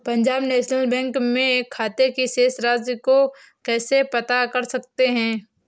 Punjab National Bank में खाते की शेष राशि को कैसे पता कर सकते हैं?